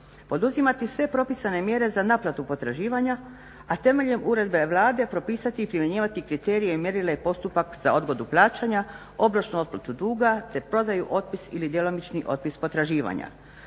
poduzimati sve propisane mjere za naplatu potraživanja, a temeljem Uredbe Vlade propisati i primjenjivati kriterije i mjerila i postupak za odgodu plaćanja, obročnu otplatu duga te prodaju, otpis ili djelomični otpis potraživanja.